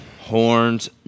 Horns